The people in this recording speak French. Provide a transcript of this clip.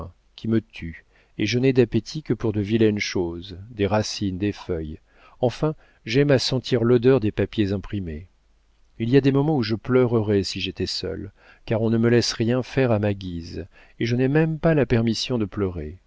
qui me tue et je n'ai d'appétit que pour de vilaines choses des racines des feuilles enfin j'aime à sentir l'odeur des papiers imprimés il y a des moments où je pleurerais si j'étais seule car on ne me laisse rien faire à ma guise et je n'ai même pas la permission de pleurer